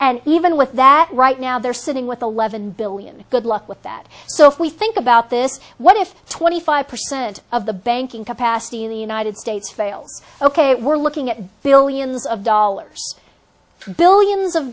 and even with that right now they're sitting with eleven billion good luck with that so if we think about this what if twenty five percent of the banking capacity of the united states fails ok we're looking at billions of dollars billions of